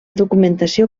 documentació